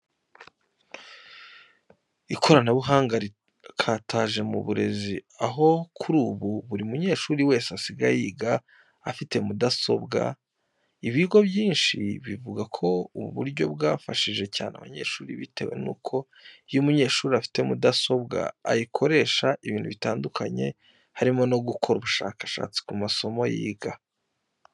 Ikoranabuhanga rirakataje mu burezi, aho kuri ubu buri munyeshuri wese asigaye yiga afite mudasobwa. Ibigo byinshi bivuga ko ubu buryo bwafashije cyane abanyeshuri bitewe nuko iyo umunyeshuri afite mudasobwa ayikoresha ibintu bitandukanye harimo no gukora ubushakashatsi ku masomo yiga.